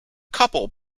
couple